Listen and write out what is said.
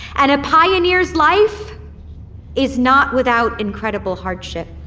and a pioneer's life is not without incredible hardship.